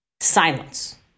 silence